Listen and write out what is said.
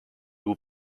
will